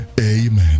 amen